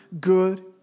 good